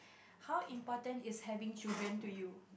how important is having children to you